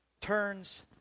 turns